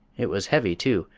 it was heavy, too,